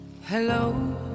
Hello